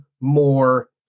more